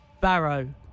Barrow